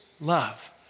love